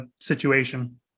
situation